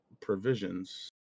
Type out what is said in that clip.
provisions